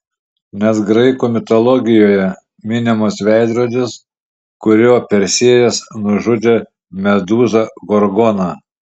net graikų mitologijoje minimas veidrodis kuriuo persėjas nužudė medūzą gorgoną